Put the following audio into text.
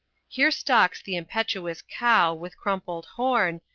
here stalks the impetuous cow with crumpled horn,